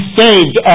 saved